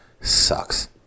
sucks